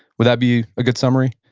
would that be a good summary?